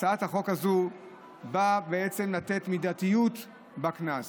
הצעת החוק הזאת באה לתת מידתיות בקנס.